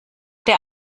der